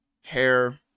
hair